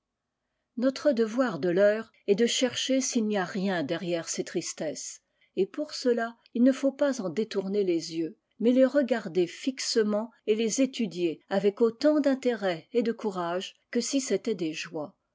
notre devoir de l'heure est de chercher s'il n y a rien derrière ces tristesses et pour cela il ne faut pas en détourner les yeux mais les regarder fixement et les étudier avec autant d'intérêt et de courage que si c'étaient des joies